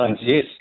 yes